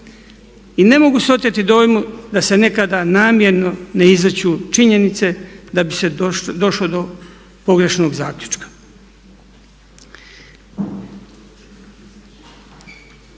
I ne mogu se oteti dojmu da se nekada namjerno ne izriču činjenice da bi se došlo do pogrešnog zaključka.